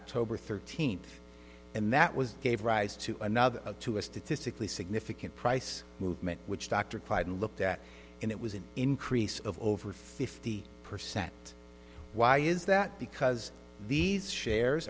october thirteenth and that was gave rise to another to a statistically significant price movement which dr clyde looked at and it was an increase of over fifty percent why is that because these shares